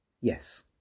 yes